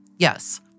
Yes